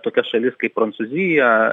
tokias šalis kaip prancūzija